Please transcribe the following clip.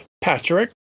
patrick